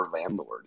landlord